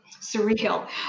surreal